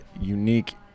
unique